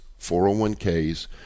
401Ks